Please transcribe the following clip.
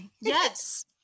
Yes